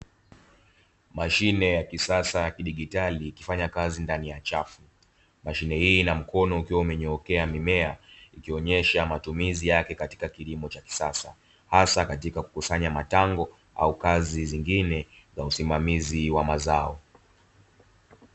Mashine ya kisasa ya kidigitali ikifanya kazi ndani ya chafu, mashine hii ina mkono ukiwa umenyookea mimea ikionesha matumizi yake katika kilimo cha kisasa, hasa katika kukusanya matango au kazi zingine za usimamizi wa mazao.